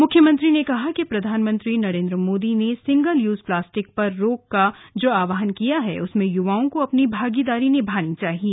मुख्यमंत्री ने कहा कि प्रधानमंत्री नरेंद्र मोदी ने सिंगल यूज प्लास्टिक पर रोक का जो आह्वान किया है उसमें युवाओं को अपनी भागीदारी निभानी चाहिए